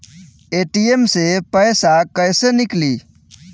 ATM से पैसा कैसे नीकली?